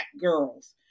girls